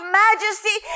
majesty